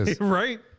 right